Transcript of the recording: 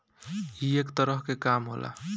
ई एक तरह के काम होला